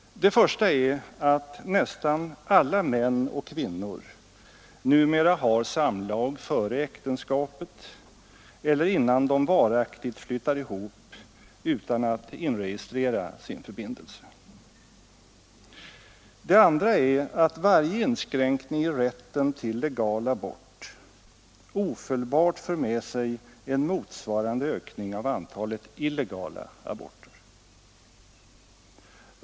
Det första är att nästan alla män och kvinnor numera har samlag före äktenskapet eller innan de varaktigt flyttar ihop utan att inregistrera sin förbindelse. Det andra är att varje inskränkning i rätten till legal abort ofelbart för med sig en motsvarande ökning av antalet illegala aborter.